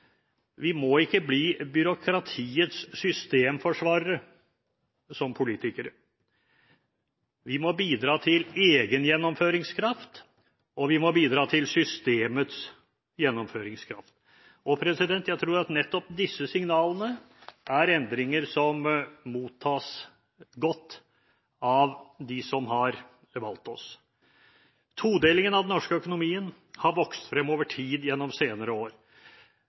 politikere må vi ikke bli byråkratiets systemforsvarere. Vi må bidra til egen gjennomføringskraft, og vi må bidra til systemets gjennomføringskraft. Jeg tror at nettopp disse signalene er endringer som mottas godt av dem som har valgt oss. Todelingen av den norske økonomien har vokst frem over tid gjennom de senere år.